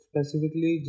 Specifically